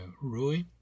Rui